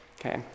okay